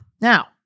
Now